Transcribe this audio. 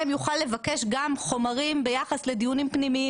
יוכל לבקש גם חומרים ביחס לדיונים פנימיים,